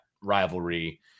rivalry